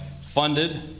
funded